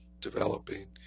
developing